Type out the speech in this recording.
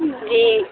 جی